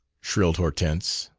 shrilled hortense.